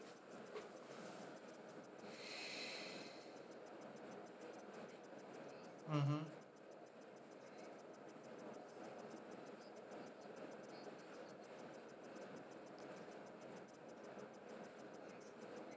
mmhmm